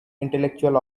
intellectual